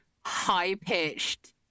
high-pitched